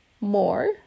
more